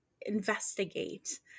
investigate